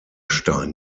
stein